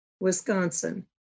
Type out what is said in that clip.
Wisconsin